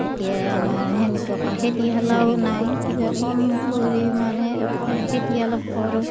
এতিয়াই আমাৰ সেনেকুৱাকে খেতি খোলাও নাই কিবা কম পৰিমাণে খেতি অলপ কৰোঁ